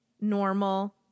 normal